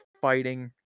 fighting